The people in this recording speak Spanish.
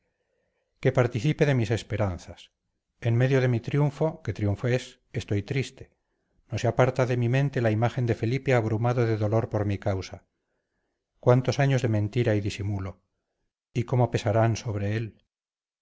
que participe de mis esperanzas en medio de mi triunfo que triunfo es estoy triste no se aparta de mi mente la imagen de felipe abrumado de dolor por mi causa cuántos años de mentira y disimulo y cómo pesarán sobre él